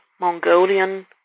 Mongolian